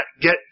get